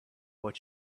what